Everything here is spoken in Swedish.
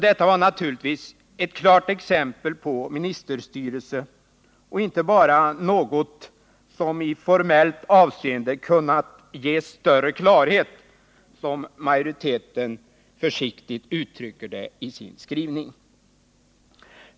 Detta var naturligtvis ett klart exempel på ministerstyre och inte bara något som ”i formellt avseende kunnat ges större klarhet”, som utskottsmajoriteten försiktigt uttrycker det i sin skrivning.